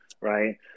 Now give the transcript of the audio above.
right